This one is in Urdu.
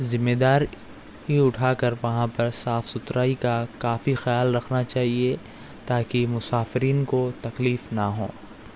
ذمہ داری اٹھا کر وہاں پر صاف ستھرائی کا کافی خیال رکھنا چاہیے تاکہ مسافرین کو تکلیف نہ ہوں